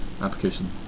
application